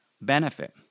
benefit